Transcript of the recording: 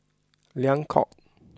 Liang Court